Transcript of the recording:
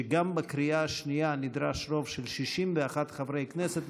שגם בקריאה השנייה נדרש רוב של 61 חברי כנסת,